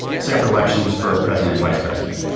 separate elections for president, vice president.